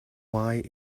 why